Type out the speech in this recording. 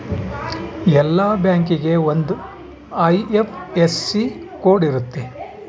ಎಲ್ಲಾ ಬ್ಯಾಂಕಿಗೆ ಒಂದ್ ಐ.ಎಫ್.ಎಸ್.ಸಿ ಕೋಡ್ ಇರುತ್ತ